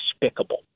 despicable